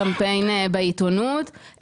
קמפיין בעיתונות,